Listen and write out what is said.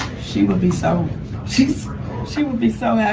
she would be so she's she would be so yeah